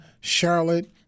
Charlotte